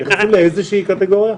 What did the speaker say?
הם נכנסים לאיזו שהיא קטגוריה?